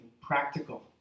practical